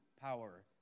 power